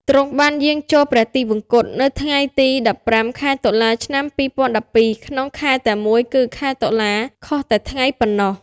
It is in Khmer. ទ្រង់បានយាងចូលព្រះទិវង្គត ថ្ងៃទី១៥ ខែតុលា ឆ្នាំ២០១២ ក្នុងខែតែមួយគឺខែតុលា ខុសតែថ្ងៃប៉ុណ្ណោះ។